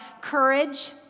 courage